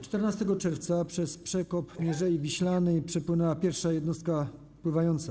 14 czerwca przez przekop Mierzei Wiślanej przepłynęła pierwsza jednostka pływająca.